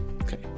Okay